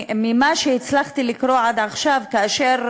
ממה שהצלחתי לקרוא עד עכשיו, כאשר